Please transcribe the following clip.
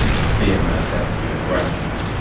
fear manifesting as aggression.